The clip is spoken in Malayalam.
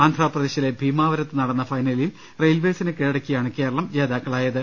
ആന്ധ്രാപ്രദേശിലെ ഭീമാവരത്തു നടന്ന ഫൈനലിൽ റെയിൽവെസിനെ കീഴ ടക്കിയാണ് കേരളം ജേതാക്കളായത്